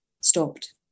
stopped